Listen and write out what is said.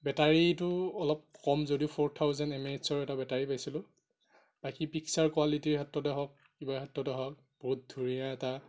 বেটাৰীটো অলপ কম যদিও ফ'ৰ থাউজেণ্ড এম এ এইছৰ এটা বেটাৰী পাইছিলোঁ আৰু সি পিক্সাৰ কোৱালিটীৰ ক্ষেত্ৰতে হওঁক কিবা ক্ষেত্ৰতে হওঁক বহুত ধুনীয়া এটা